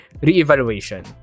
Re-evaluation